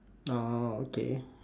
oh okay